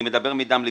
אני מדבר מדם ליבי,